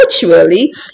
virtually